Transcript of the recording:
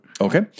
Okay